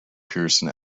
pearson